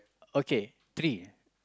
okay three